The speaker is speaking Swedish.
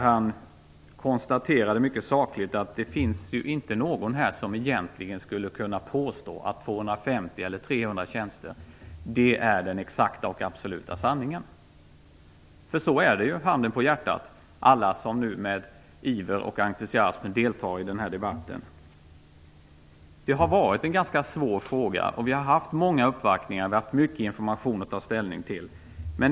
Han konstaterade mycket sakligt att det inte finns någon som egentligen skulle kunna påstå att 250 eller 300 tjänster är den absoluta sanningen. Så är det ju, handen på hjärtat, alla ni som med iver och entusiasm deltar i den här debatten. Det är en ganska svår fråga. Vi har haft många uppvaktningar, och vi har haft mycket information att ta ställning till.